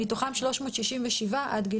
570. ש-367 מתוכם לקראת גיל